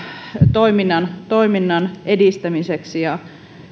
toiminnan toiminnan edistämiseksi